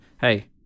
hey